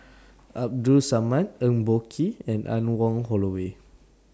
Abdul Samad Eng Boh Kee and Anne Wong Holloway